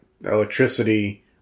electricity